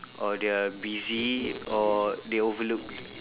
or they are busy or they overlooked